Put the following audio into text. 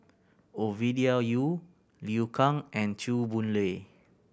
Ovidia Yu Liu Kang and Chew Boon Lay